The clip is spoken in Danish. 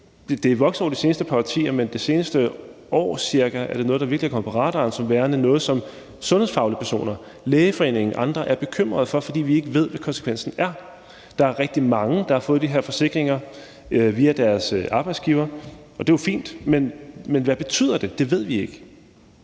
er vokset over de seneste par årtier, men cirka det seneste år er det noget, der virkelig er kommet på radaren som værende noget, som sundhedsfaglige personer, Lægeforeningen og andre er bekymret for, fordi vi ikke ved, hvad konsekvensen er. Der er rigtig mange, der har fået de her forsikringer via deres arbejdsgiver, og det er jo fint, men hvad betyder det? Det ved vi ikke.